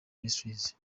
ministries